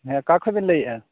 ᱦᱮ ᱚᱠᱟ ᱠᱷᱚᱡ ᱵᱮᱱ ᱞᱟᱹᱭ ᱮᱫᱟ